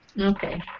Okay